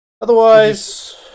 otherwise